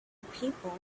people